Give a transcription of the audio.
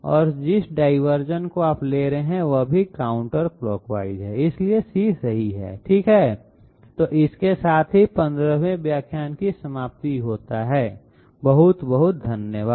और जिस डायवर्सन को आप ले रहे हैं वह भी काउंटर क्लॉक वाइज है इसलिए C सही है ठीक है तो इसके साथ ही 15वें व्याख्यान का समाप्ति होता है बहुत बहुत धन्यवाद